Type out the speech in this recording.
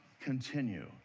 continue